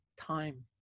time